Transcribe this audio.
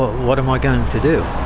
what am i going to do?